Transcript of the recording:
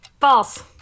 False